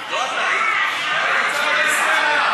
קסניה סבטלובה,